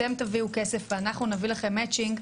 אתם תביאו כסף ואנחנו נביא לכם מאצ'ינג,